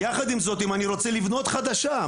יחד עם זאת אם אני רוצה לבנות חדשה,